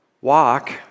Walk